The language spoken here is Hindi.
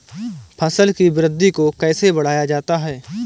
फसल की वृद्धि को कैसे बढ़ाया जाता हैं?